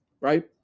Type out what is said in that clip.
Right